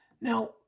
Now